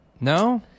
No